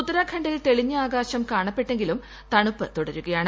ഉത്തരാഖണ്ഡിൽ തെളിഞ്ഞ ആകാശം കാണപ്പെട്ടെങ്കിലും തണുപ്പ് തുടരുകയാണ്